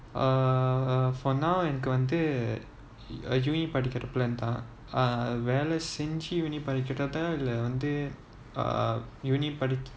uh for now எனக்கு வந்து:enaku vanthu uh uni படிக்கிற பிளான் தான் வேலை செஞ்சு:padikira pilaan thaan velai senju uh uni படிக்கிறதா இல்ல வந்து:padikirathaa illa vanthu